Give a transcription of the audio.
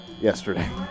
yesterday